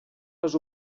les